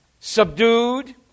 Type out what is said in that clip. subdued